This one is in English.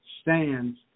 stands